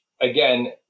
again